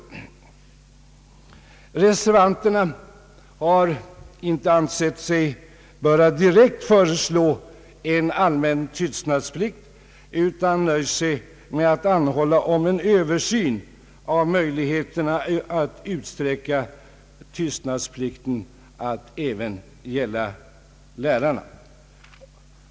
Reservanterna har inte ansett sig böra direkt föreslå en allmän tystnadsplikt utan nöjt sig med att anhålla om en översyn av möjligheterna att utsträcka tystnadsplikten till att även gälla lärarna.